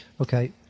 Okay